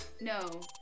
no